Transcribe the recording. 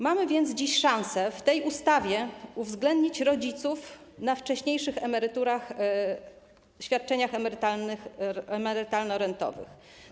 Mamy więc dziś szansę w tej ustawie uwzględnić rodziców na wcześniejszych emeryturach, świadczeniach emerytalno-rentowych.